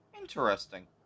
Interesting